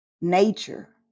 nature